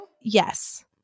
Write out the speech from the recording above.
Yes